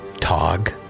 Tog